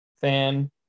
fan